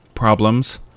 Problems